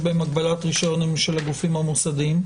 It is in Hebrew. בהם הגבלת רישיון הם של הגופים המוסדיים?